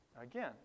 Again